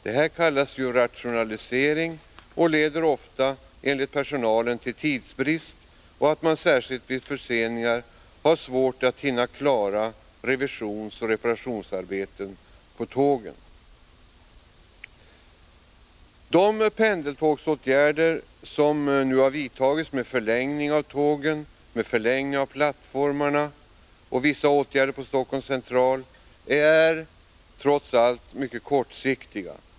Detta kallas ju rationalisering, men det leder enligt personalen ofta till tidsbrist och till att man särskilt vid förseningar har svårt att hinna klara revisionsoch reparationsarbeten på tågen. De åtgärder som nu har vidtagits för pendeltågen — förlängning av tågen och plattformarna samt vissa åtgärder vid Stockholms central — är trots allt mycket kortsiktiga.